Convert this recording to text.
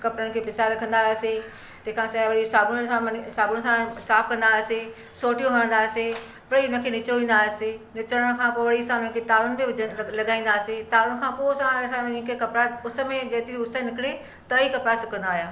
कपिड़नि खे पुसाइ रखंदा हुआसीं तंहिंखां सवाइ वरी साबुण खां मली साबुन सां साफ़ कंदा हुआसीं सोटियूं हणंदा हुआसीं फिर उनखे निचोड़ींदा हुआसीं निचोड़नि खां पोइ वरी असां उनखे तारुनि में लॻाईंदा हुआसीं तारुनि खां पोइ असां वञी करे कपिड़ा उस में जेतिरी उस निकिरे त ई कपिड़ा सुकंदा हुया